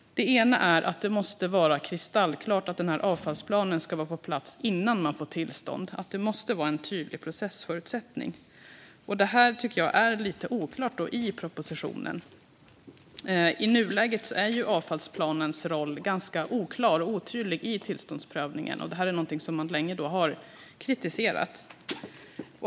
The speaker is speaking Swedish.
Det ena är att det måste vara kristallklart att avfallsplanen ska vara på plats innan man får tillstånd. Det måste vara en tydlig processförutsättning. Det tycker jag är lite oklart i propositionen. I nuläget är avfallsplanens roll ganska oklar och otydlig i tillståndsprövningen, vilket länge har kritiserats.